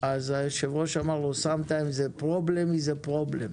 היושב-ראש אמר: לפעמים בעיה היא בעיה.